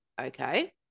Okay